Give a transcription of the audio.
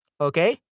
Okay